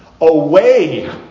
Away